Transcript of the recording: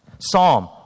Psalm